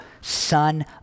son